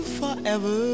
forever